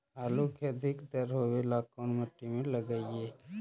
आलू के अधिक दर होवे ला कोन मट्टी में लगीईऐ?